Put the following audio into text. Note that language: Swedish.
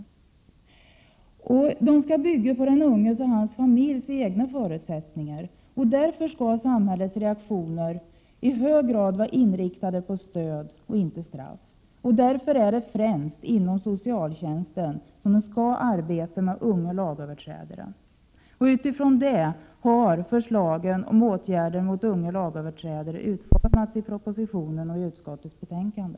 Dessa reaktioner skall bygga på den unge lagöverträdarens och dennes familjs egna förutsättningar. Därför skall samhällets reaktioner i hög grad vara inriktade på stöd, inte på straff. Det är således främst inom socialtjänsten som arbetet med unga lagöverträdare skall bedrivas. Utifrån detta har propositionens förslag till åtgärder mot unga lagöverträdare och senare även skrivningen i betänkandet utformats.